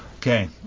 Okay